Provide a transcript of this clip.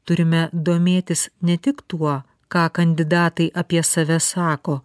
turime domėtis ne tik tuo ką kandidatai apie save sako